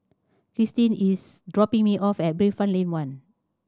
Krystin is dropping me off at Bayfront Lane One